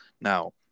Now